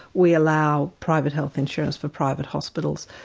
we allow private health insurance for private hospitals.